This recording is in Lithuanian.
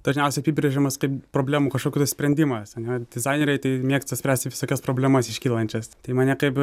dažniausiai apibrėžiamas kaip problemų kažkokių tai sprendimas ar ne dizaineriai tai mėgsta spręsti visokias problemas iškylančias tai mane kaip